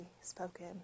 spoken